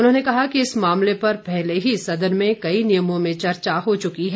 उन्होंने कहा कि इस मामले पर पहले ही सदन में कई नियमों में चर्चा हो चुकी है